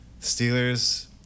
Steelers